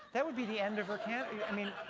that would be the end of her campaign. i mean